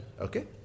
Okay